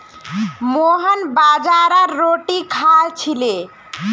मोहन बाजरार रोटी खा छिले